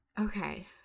Okay